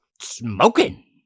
Smoking